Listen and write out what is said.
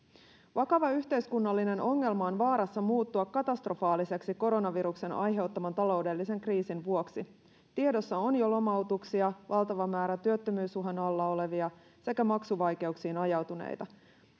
vakava yhteiskunnallinen ongelma on vaarassa muuttua katastrofaaliseksi koronaviruksen aiheuttaman taloudellisen kriisin vuoksi tiedossa on jo lomautuksia valtava määrä työttömyysuhan alla olevia sekä maksuvaikeuksiin ajautuneita